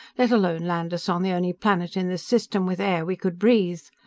let alone land us on the only planet in this system with air we could breathe.